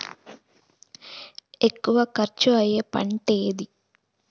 ఎక్కువ ఖర్చు అయ్యే పంటేది?